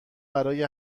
برای